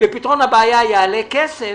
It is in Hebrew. ופתרון הבעיה יעלה כסף,